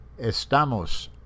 Estamos